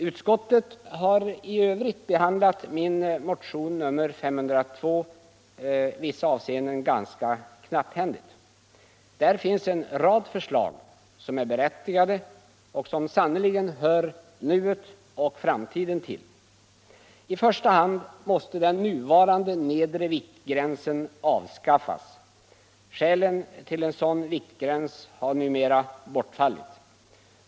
Utskottet har i övrigt behandlat min motion nr 502 ganska knapphändigt i vissa avseenden. Där finns en rad förslag som är berättigade och som sannerligen hör nuet och framtiden till. I första hand måste den nuvarande nedre viktgränsen avskaffas. Skälen till en sådan viktgräns har numera bortfallit.